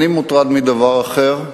אני מוטרד מדבר אחר,